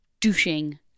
douching